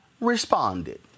responded